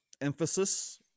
emphasis